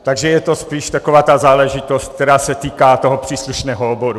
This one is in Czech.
Takže je to spíš taková ta záležitost, která se týká toho příslušného oboru.